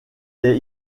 est